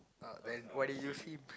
uh then why you use him